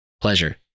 pleasure